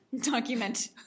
document